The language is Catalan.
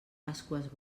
pasqües